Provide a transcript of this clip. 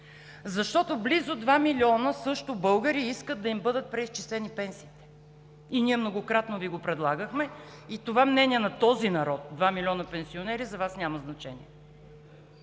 Защото близо два милиона, също българи, искат да им бъдат преизчислени пенсиите и ние многократно Ви го предлагахме, и това мнение на този народ – два милиона пенсионери, за Вас няма значение.